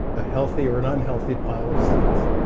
a healthy or an unhealthy pile of cells.